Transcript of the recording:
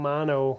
Mano